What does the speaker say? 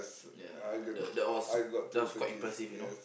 ya the that was that was quite impressive you know